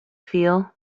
feel